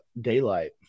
daylight